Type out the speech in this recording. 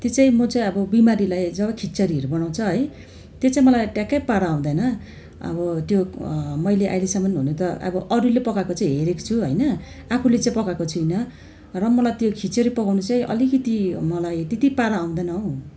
त्यो चाहिँ म चाहिँ अब बिमारीलाई जब खिचडीहरू बनाउँछ है त्यो चाहिँ मलाई ट्याक्कै पारा आउँदैन अब त्यो मैले अहिलेसम्म हुनु त अब अरूले पकाएको चाहिँ हेरेको छु होइन आफूले चाहिँ पकाएको छुइनँ र मलाई त्यो खिचडी पकाउनु चाहिँ अलिकति मलाई त्यति पारा आउँदैन हो